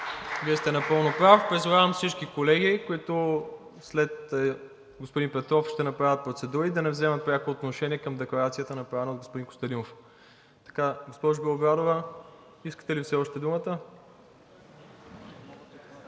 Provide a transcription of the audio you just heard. Вие сте напълно прав. Призовавам всички колеги, които след господин Петров ще направят процедури, да не вземат пряко отношение към декларацията, направена от господин Костадинов. Госпожо Белобрадова, искате ли все още думата?